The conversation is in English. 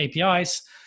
APIs